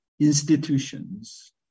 institutions